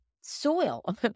soil